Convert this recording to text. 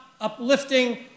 uplifting